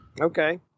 Okay